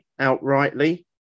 outrightly